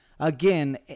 Again